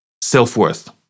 self-worth